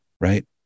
right